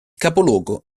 capoluogo